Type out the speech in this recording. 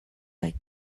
like